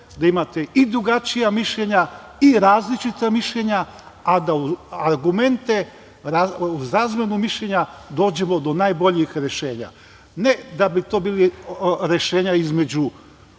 da imate i drugačija mišljenja i različita mišljenja, a da uz argumente, uz razmenu mišljenja dođemo do najboljih rešenja, ne da bi to bila rešenja između